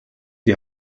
die